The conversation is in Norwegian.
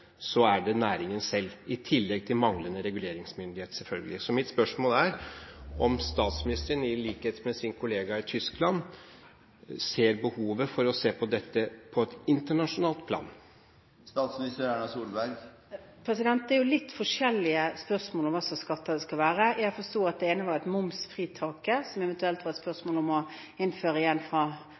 så gjelder dette næringen selv i tillegg til manglende reguleringsmyndighet, selvfølgelig. Mitt spørsmål er om statsministeren, i likhet med sin kollega i Tyskland, ser behovet for å se på dette på et internasjonalt plan? Det er litt forskjellige spørsmål om hva slags skatter det skal være. Jeg forsto at det ene var momsfritaket, som det eventuelt var spørsmål om å innføre igjen – altså moms fra